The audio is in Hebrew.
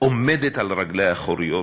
עומדת על רגליה האחוריות